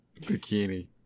bikini